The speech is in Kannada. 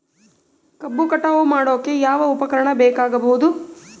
ಕಬ್ಬು ಕಟಾವು ಮಾಡೋಕೆ ಯಾವ ಉಪಕರಣ ಬೇಕಾಗಬಹುದು?